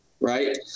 right